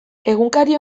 egunkari